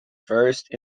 first